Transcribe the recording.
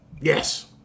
Yes